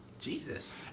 Jesus